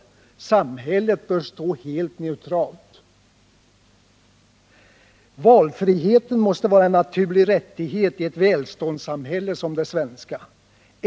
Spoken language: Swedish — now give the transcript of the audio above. Samhället bör stå helt neutralt.” — ”Valfriheten måste vara en naturlig rättighet i ett välståndssamhälle som det svenska.